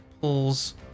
pulls